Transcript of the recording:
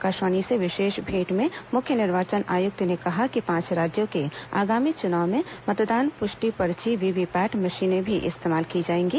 आकाशवाणी से विशेष भेंट में मुख्य निर्वाचन आयुक्त ने कहा कि पांच राज्यों के आगामी चुनाव में मतदान पुष्टि पर्ची वीवीपैट मशीनें भी इस्तेमाल की जाएंगी